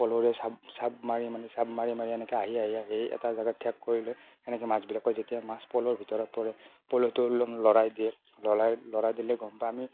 পলৰে চাব চাব মাৰি মানে চাব মাৰি মাৰি এনেকৈ আহি আহি আহি এটা জাগাত ঠেক কৰি লৈ এনেকৈ মাছবিলাকৰ যেতিয়া মাছ পলৰ ভিতৰত পৰে পলটো লৰাই দিয়ে লৰাই লৰাই দিলে গম পাই আমি